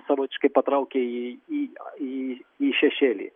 savotiškai patraukia į į į į šešėlį